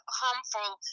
harmful